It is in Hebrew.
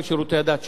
אמרנו שיש